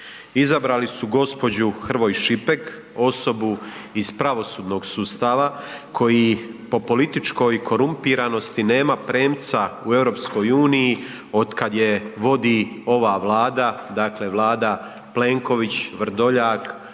Izabrali su gospođu Hrvoj ŠIpek osobu iz pravosudnog sustava koji po političkoj korumpiranosti nema premca u EU od kada je vodi ova Vlada, dakle Vlada Plenković, Vrdoljak,